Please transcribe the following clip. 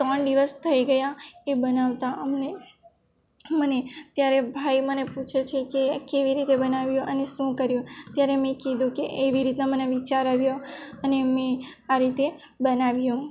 ત્રણ દિવસ થઈ ગયા એ બનાવતા એ અમને મને ત્યારે ભાઈ મને પૂછે છે કે કેવી રીતે બનાવ્યું અને શું કર્યું ત્યારે મેં કીધું કે એવી રીતના મને વિચાર આવ્યો અને મેં આ રીતે બનાવ્યું